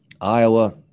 Iowa